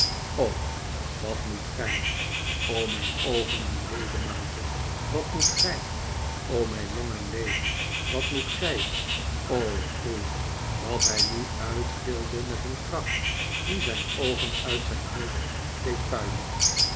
wat moet gij o mijn oogen en ledematen wat moet gij o mijn long en lever wat moet gij o grroe dat hij nu uitgilde met een kracht die zijn oogen uit zijn hoofd deed puilen